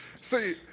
See